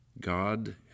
God